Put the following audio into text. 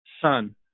son